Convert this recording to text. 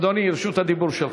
אדוני, רשות הדיבור שלך.